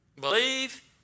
Believe